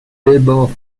biddle